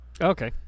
Okay